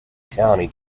county